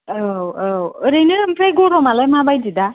औ औ ओरैनो आमफ्राय गरमालाय माबायदि दा